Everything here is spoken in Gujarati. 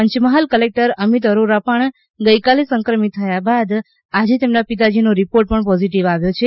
પંચમહાલ કલેક્ટર અમિત અરોરા ગઇકાલે સંક્રમિત થયા બાદ આજે તેમના પિતાજી નો રિપોર્ટ પણ પોઝિટિવ આવ્યો છે